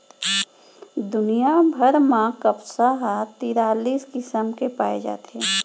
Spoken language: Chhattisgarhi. दुनिया भर म कपसा ह तिरालिस किसम के पाए जाथे